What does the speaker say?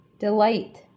Delight